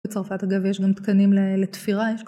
בצרפת אגב, יש גם תקנים לתפירה.